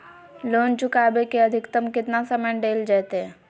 Loan चुकाबे के अधिकतम केतना समय डेल जयते?